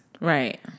Right